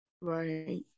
right